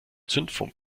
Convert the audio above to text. zündfunken